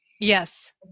Yes